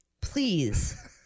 Please